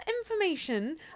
information